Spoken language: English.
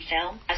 film